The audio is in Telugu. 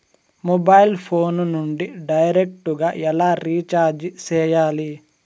మొబైల్ ఫోను నుండి డైరెక్టు గా ఎలా రీచార్జి సేయాలి